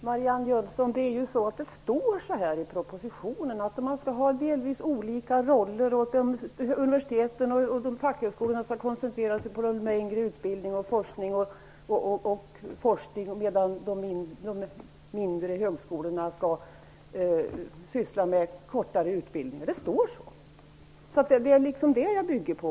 Herr talman! Det står så här i propositionen, Marianne Jönsson, att man skall ha delvis olika roller, att universiteten och fackhögskolorna skall koncentrera sig på de längre utbildningarna och forskning, medan de mindre högskolorna skall syssla med kortare utbildningar. Det står så! Det är vad jag bygger på.